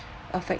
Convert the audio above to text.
affec~